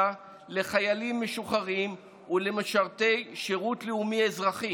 לחיילים משוחררים ולמשרתי שירות לאומי-אזרחי